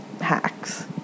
hacks